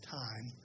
time